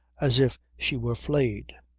as if she were flayed.